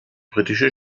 britische